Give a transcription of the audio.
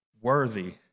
worthy